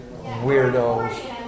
Weirdos